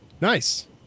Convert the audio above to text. nice